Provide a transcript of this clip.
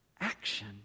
Action